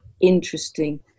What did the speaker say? interesting